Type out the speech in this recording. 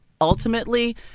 ultimately